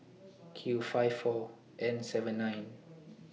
Q five four N seven nine